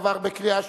עברה בקריאה שלישית,